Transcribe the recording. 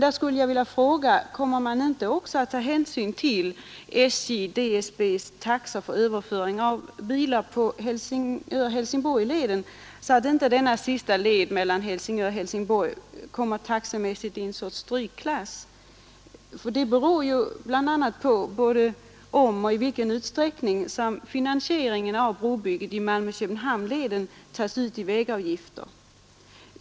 Då vill jag fråga: Kommer man inte också att ta hänsyn till SJ-DSB:s taxor för överföring av motorfordon på HH-leden, så att inte den leden taxemässigt kommer i strykklass? Det beror ju bl.a. på om och i vilken utsträckning finansieringen av brobygget Malmö—Köpenhamn tas ut i vägavgifter.